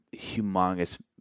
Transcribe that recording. humongous